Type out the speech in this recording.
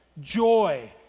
joy